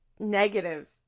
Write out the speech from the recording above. Negative